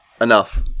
Enough